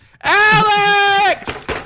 alex